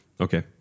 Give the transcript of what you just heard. Okay